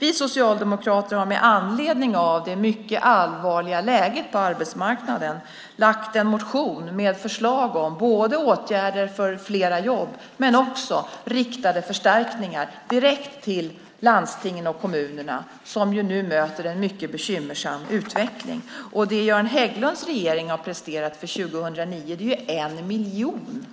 Vi socialdemokrater har med anledning av det mycket allvarliga läget på arbetsmarknaden lagt fram en motion med förslag om både åtgärder för fler jobb och riktade förstärkningar direkt till landstingen och kommunerna, som nu går en mycket bekymmersam utveckling till mötes. Det Göran Hägglunds regering har presterat för 2009 är 1 miljon